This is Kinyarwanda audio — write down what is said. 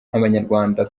nk’abanyarwanda